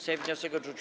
Sejm wniosek odrzucił.